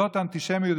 זאת אנטישמיות,